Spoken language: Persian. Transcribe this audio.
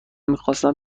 میخواستم